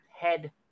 head